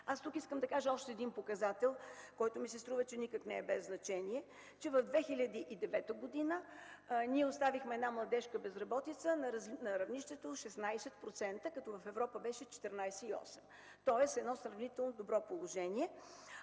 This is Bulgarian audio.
Тук искам да кажа още един показател, който ми се струва, че никак не е без значение – през 2009 г. ние оставихме една младежка безработица на равнището 16%, като в Европа беше 14,8%, тоест едно сравнително добро положение,